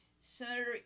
Senator